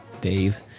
Dave